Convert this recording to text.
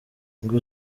ngo